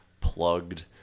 plugged